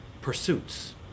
pursuits